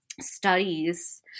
studies